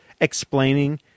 explaining